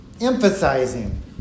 emphasizing